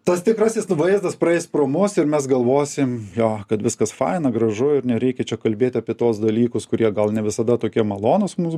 tas tikrasis vaizdas praeis pro mus ir mes galvosim jo kad viskas faina gražu ir nereikia čia kalbėt apie tuos dalykus kurie gal ne visada tokie malonūs mums